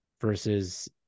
versus